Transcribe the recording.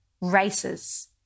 races